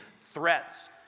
threats